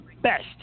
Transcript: best